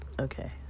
okay